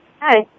Hi